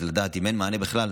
אז לדעת אם אין מענה בכלל,